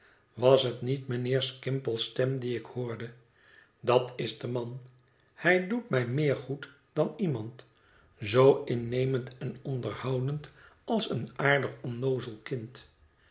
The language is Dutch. was het niet mijnheer skimpole's stem die ik hoorde dat is de man hij doet mij meer goed dan iemand zoo innemend en onderhoudend als een aardig onnoozel kind